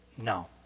No